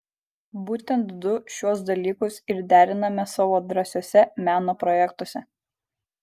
būtent du šiuos dalykus ir deriname savo drąsiuose meno projektuose